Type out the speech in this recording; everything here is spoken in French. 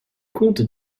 compte